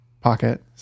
pocket